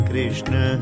Krishna